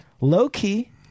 low-key